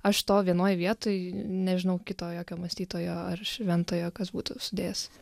aš to vienoj vietoj nežinau kito jokio mąstytojo ar šventojo kas būtų sudėjęs